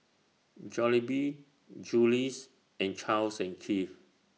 Jollibee Julie's and Charles and Keith